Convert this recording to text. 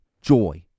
joy